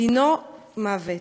דינו מוות.